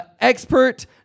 expert